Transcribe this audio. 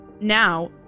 Now